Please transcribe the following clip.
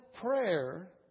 prayer